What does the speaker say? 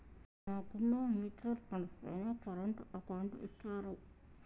నాకున్న mutual funds పైన current account ఇచ్చారు